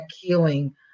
healing